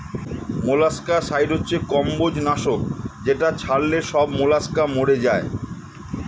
molluscicide হচ্ছে কম্বোজ নাশক যেটা ছড়ালে সব মোলাস্কা মরে যায়